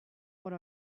what